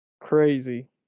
Crazy